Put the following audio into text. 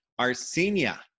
Arsenia